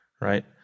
right